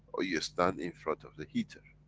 or you stand in front of the heater.